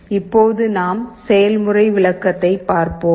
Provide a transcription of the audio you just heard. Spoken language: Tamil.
இப்போது நாம் செயல்முறை விளக்கத்தை பார்ப்போம்